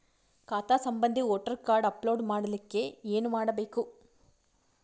ಖಾತಾ ಸಂಬಂಧಿ voter card upload ಮಾಡಲಿಕ್ಕೆ ಏನ ಮಾಡಬೇಕು?